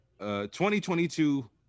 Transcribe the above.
2022